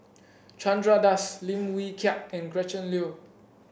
Chandra Das Lim Wee Kiak and Gretchen Liu